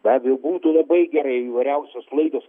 be abejo būtų labai gerai įvairiausios laidos